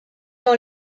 dans